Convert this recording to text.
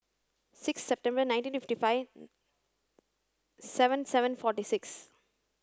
six September nineteen fifty five seven seven forty six